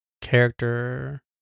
character